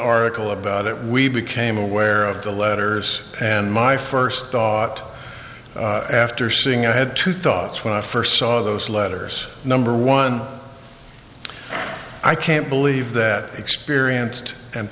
article about it we became aware of the letters and my first thought after seeing i had two thoughts when i first saw those letters number one i can't believe that experienced and